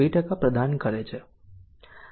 2 પ્રદાન કરે છે